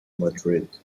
madrid